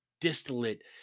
distillate